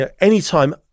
anytime